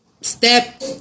step